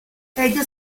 ello